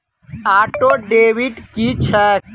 Auto debit की छैक?